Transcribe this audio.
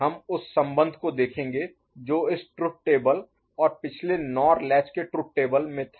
हम उस संबंध को देखेंगे जो इस ट्रुथ टेबल और पिछले NOR लैच के ट्रुथ टेबल में था